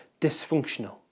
dysfunctional